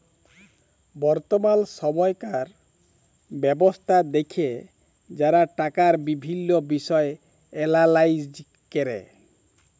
বর্তমাল সময়কার ব্যবস্থা দ্যাখে যারা টাকার বিভিল্ল্য বিষয় এলালাইজ ক্যরে